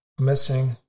missing